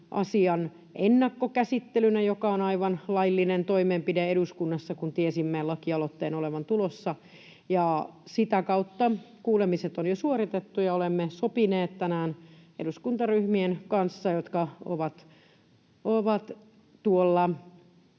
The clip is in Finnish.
asian ennakkokäsittelynä, joka on aivan laillinen toimenpide eduskunnassa, kun tiesimme lakialoitteen olevan tulossa. Sitä kautta kuulemiset on jo suoritettu, ja olemme sopineet tänään eduskuntaryhmien kanssa, jotka ovat tuolla